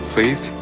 Please